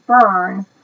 burn